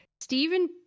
Stephen